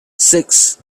six